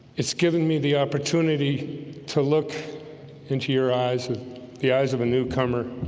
it's given me the opportunity to look into your eyes with the eyes of a newcomer